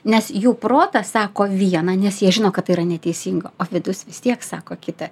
nes jų protas sako viena nes jie žino kad tai yra neteisinga o vidus vis tiek sako kita